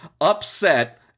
Upset